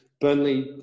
Burnley